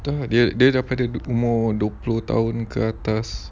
dia dia daripada umur dua puluh ke atas